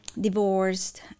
divorced